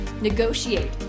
negotiate